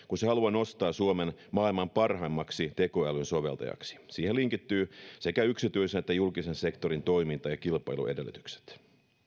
kun se haluaa nostaa suomen maailman parhaimmaksi tekoälyn soveltajaksi siihen linkittyvät sekä yksityisen että julkisen sektorin toiminta ja kilpailuedellytykset